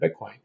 Bitcoin